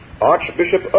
Archbishop